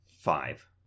five